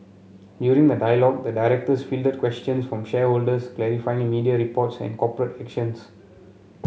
during the dialogue the directors fielded questions from shareholders clarifying media reports and corporate actions